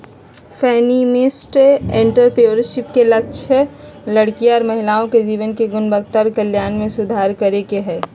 feminist entrepreneurship के लक्ष्य लड़कियों और महिलाओं के जीवन की गुणवत्ता और कल्याण में सुधार करे के हय